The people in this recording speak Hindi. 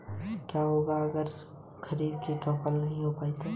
क्या होगा अगर हमारा स्टॉक ब्रोकर भाग जाए या दिवालिया हो जाये?